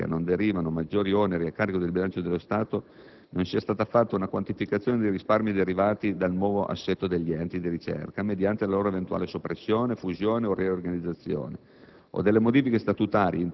che dall'attuazione della delega non derivano maggiori oneri a carico del bilancio dello Stato, non sia stata fatta una quantificazione dei risparmi derivati dal nuovo assetto degli enti di ricerca mediante la loro eventuale soppressione, fusione o riorganizzazione